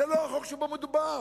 זה לא החוק שבו מדובר.